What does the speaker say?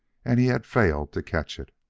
and he had failed to catch it.